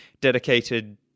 dedicated